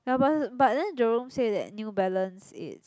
but but then Jerome said that New Balance is